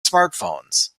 smartphones